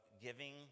giving